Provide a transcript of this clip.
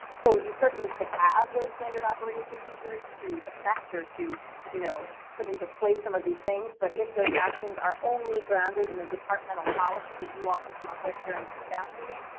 so you certainly could have those standard operating procedures to assess or to you know put into place some of these things. but if those actions are only grounded in a departmental policy that you all can come up with during your staff meetings,